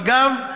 מג"ב,